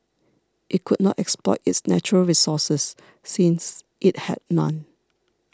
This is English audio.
it could not exploit its natural resources since it had none